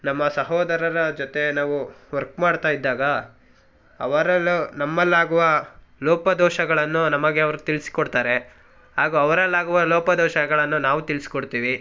ನಮ್ಮ ಸಹೋದರರ ಜೊತೆ ನಾವು ವರ್ಕ್ ಮಾಡ್ತಾಯಿದ್ದಾಗ ಅವರಲ್ಲೂ ನಮ್ಮಲ್ಲಾಗುವ ಲೋಪದೋಷಗಳನ್ನು ನಮಗೆ ಅವರು ತಿಳಿಸಿ ಕೊಡ್ತಾರೆ ಹಾಗೂ ಅವರಲ್ಲಾಗುವ ಲೋಪದೋಷಗಳನ್ನ ನಾವು ತಿಳಿಸಿಕೊಡ್ತೀವಿ